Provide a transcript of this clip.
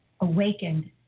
awakened